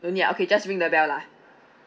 no need ah okay just ring the bell lah